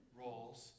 roles